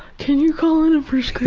could you call in